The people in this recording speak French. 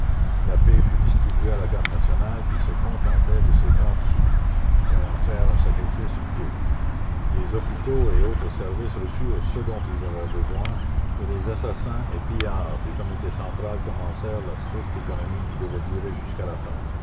la paye fut distribuée à la garde nationale qui se contentait de ses trente sous croyant faire un sacrifice utile les hôpitaux et autres services reçurent ce dont ils avaient besoin et les assassins et pillards du comité central commencèrent la stricte économie qui devait durer jusqu'à la fin